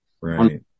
Right